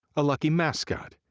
a lucky mascot,